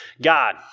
God